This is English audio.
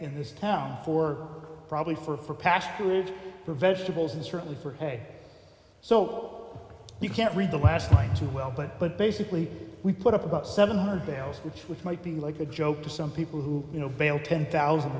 in this town for probably for past food for vegetables and certainly for hay so you can't read the last night well but but basically we put up about seven hundred bells which which might be like a joke to some people who you know bail ten thousand